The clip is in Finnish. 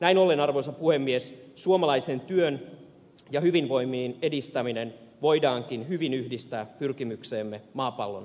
näin ollen arvoisa puhemies suomalaisen työn ja hyvinvoinnin edistäminen voidaankin hyvin yhdistää pyrkimykseemme maapallon pelastamiseksi